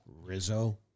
Rizzo